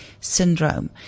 syndrome